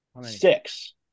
six